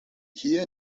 hier